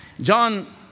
John